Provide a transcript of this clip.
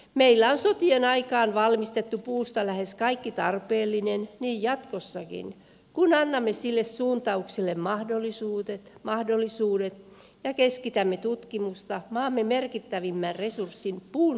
meillä on sotien aikaan valmistettu puusta lähes kaikki tarpeellinen niin jatkossakin kun annamme sille suuntaukselle mahdollisuudet ja keskitämme tutkimusta maamme merkittävimmän resurssin puun monimuotoiseen käyttöön